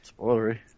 Spoilery